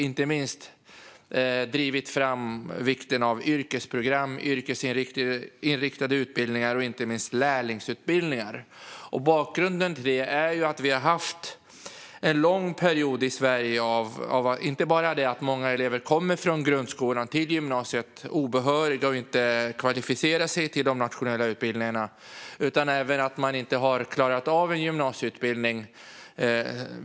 Inte minst har vi betonat vikten av yrkesprogram och yrkesinriktade utbildningar, inklusive lärlingsutbildningar. Bakgrunden till detta är att vi i Sverige har haft en lång period av att många elever inte bara kommer från grundskolan till gymnasiet och är obehöriga, alltså inte har kvalificerat sig till de nationella utbildningarna, utan dessutom inte klarar av en gymnasieutbildning.